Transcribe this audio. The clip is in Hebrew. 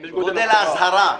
יש גודל האזהרה.